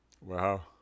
Wow